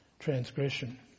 transgression